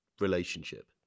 relationship